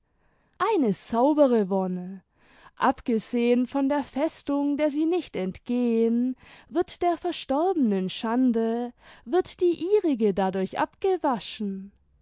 eine saubere wonne abgesehen von der festung der sie nicht entgehen wird der verstorbenen schande wird die ihrige dadurch abgewaschen